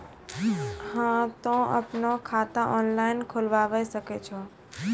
हाँ तोय आपनो खाता ऑनलाइन खोलावे सकै छौ?